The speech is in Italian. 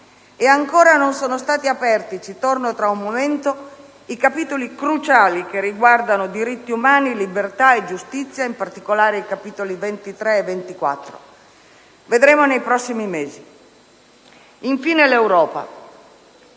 Eancora non sono stati aperti - ci torno tra un momento - i capitoli cruciali che riguardano diritti umani, libertà e giustizia (in particolare i capitoli 23 e 24). Vedremo nei prossimi mesi. Infine, l'Europa.